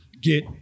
get